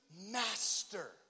master